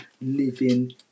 living